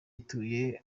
ituye